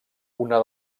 una